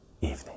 evening